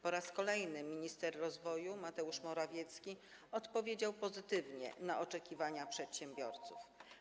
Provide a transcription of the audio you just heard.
Po raz kolejny minister rozwoju Mateusz Morawiecki odpowiedział pozytywnie na oczekiwania przedsiębiorców.